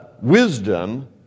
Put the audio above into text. wisdom